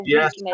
Yes